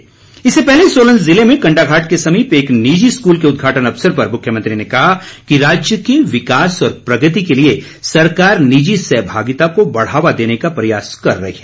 मुख्यमंत्री इससे पहले सोलन जिले में कंडाघाट के समीप एक निजी स्कूल के उद्घाटन अवसर पर मुख्यमंत्री ने कहा कि राज्य के विकास और प्रगति के लिए सरकार निजी सहभागिता को बढ़ावा देने का प्रयास कर रही है